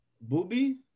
Booby